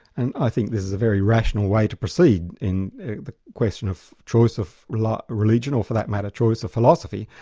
and i think this is a very rational way to proceed in the question of choice of religion or for that matter, choice of philosophy.